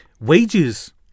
wages